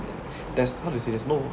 there's how to say there's no